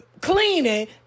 cleaning